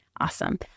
Awesome